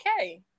okay